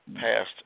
passed